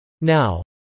Now